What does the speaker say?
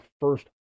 first